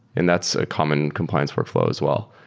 and that's a common compliance workflow as well.